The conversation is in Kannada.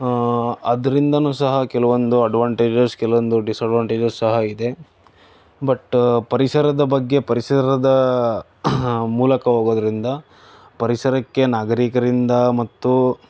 ಅದರಿಂದಲೂ ಸಹ ಕೆಲವೊಂದು ಅಡ್ವಾಂಟೇಜಸ್ ಕೆಲವೊಂದು ಡಿಸ್ಅಡ್ವಾಂಟೇಜಸ್ ಸಹ ಇದೆ ಬಟ್ ಪರಿಸರದ ಬಗ್ಗೆ ಪರಿಸರದ ಮೂಲಕ ಹೋಗೋದ್ರಿಂದ ಪರಿಸರಕ್ಕೆ ನಾಗರಿಕರಿಂದ ಮತ್ತು